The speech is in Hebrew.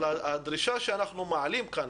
הדרישה וההסדר שאנחנו מעלים כאן,